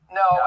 no